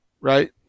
right